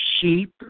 sheep